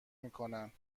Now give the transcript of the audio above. میکنن